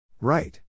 Right